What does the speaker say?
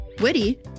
witty